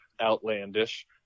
outlandish